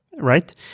right